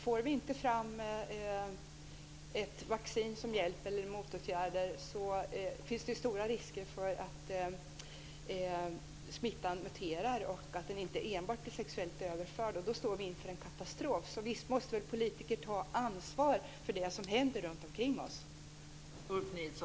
Får vi inte fram ett vaccin som hjälper eller motåtgärder finns det stor risk för att smittan muterar och att den inte blir enbart sexuellt överförbar. Då står vi inför en katastrof. Visst måste väl politiker ta ansvar för det som händer runtomkring oss.